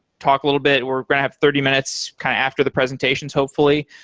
talk a little bit, or grab thirty minutes kind of after the presentations hopefully,